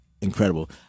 incredible